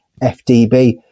FDB